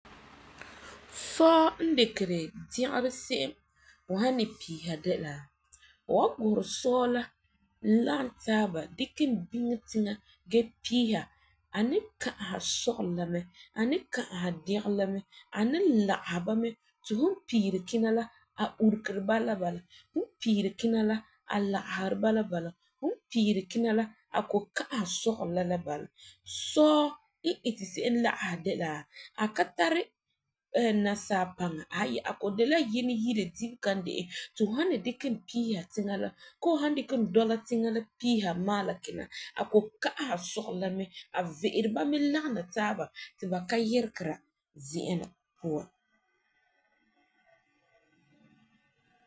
Sɔɔ n dikeri degerɔ se'em fu san ni piisa de la fu wan gurɛ sɔɔ la lagum taaba dikɛ biŋɛ yiŋa gee piisa a ni kã'asa sɔgerɔ la mɛ, a ni kã'asa degerɔ la mɛ, a ni lagese ba mɛ fu piiri kina la a uregeri ba la bala. Fu piiri kina la, a lageseri ba la bal. Fu piiri kina la a ko kã'asa. Sɔɔ n iti se'em lagesa ba de la a ka tari nasaa paŋa, aayi a de la Yinɛ yire dibega n de e ti fu san ni dikɛ e piisa tiŋa la ko fu san dikɛ dɔla tiŋa piisa maala kina, a ko kã'asa sɔgerɔ la mɛ. A ve'eri ba mɛ lagesa taaba ti ba ka yeregera zi'an la puan.